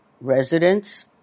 residents